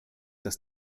dass